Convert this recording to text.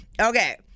Okay